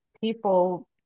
people